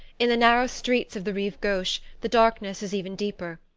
in the narrow streets of the rive gauche the darkness is even deeper,